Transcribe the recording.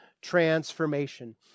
transformation